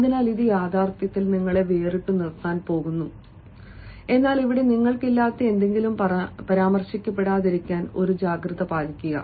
അതിനാൽ ഇത് യഥാർത്ഥത്തിൽ നിങ്ങളെ വേറിട്ടു നിർത്താൻ പോകുന്നു എന്നാൽ ഇവിടെ നിങ്ങൾക്കില്ലാത്ത എന്തെങ്കിലും പരാമർശിക്കപ്പെടാതിരിക്കാൻ ഒരു ജാഗ്രത പാലിക്കുക